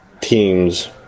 team's